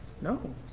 no